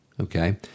Okay